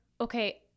okay